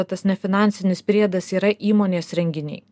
tas nefinansinis priedas yra įmonės renginiai